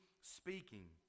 speaking